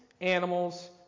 animals